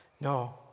No